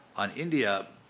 on india,